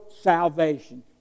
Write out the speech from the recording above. salvation